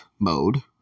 mode